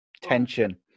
Tension